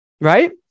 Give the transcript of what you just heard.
right